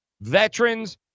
veterans